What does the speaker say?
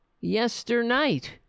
yesternight